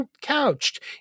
couched